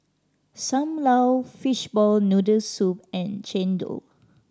Sam Lau fishball noodle soup and chendol